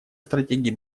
стратегий